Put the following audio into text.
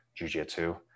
jujitsu